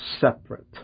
separate